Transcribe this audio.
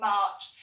March